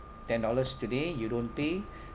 ten dollars today you don't pay